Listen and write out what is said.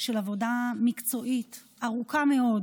של עבודה מקצועית ארוכה מאוד